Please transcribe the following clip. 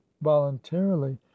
voluntarily